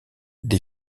des